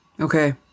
Okay